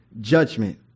judgment